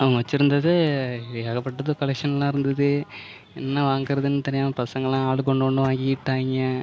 அவங்க வச்சுருந்தது ஏகப்பட்டது கலெக்ஷன்லாம் இருந்தது என்ன வாங்குறதுன்னு தெரியாமல் பசங்களாம் ஆளுக்கு ஒன்று ஒன்று வாங்கிக்கிட்டாங்க